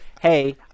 hey